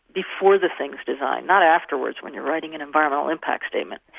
before the thing's designed, not afterwards when you're writing an environmental impact statement,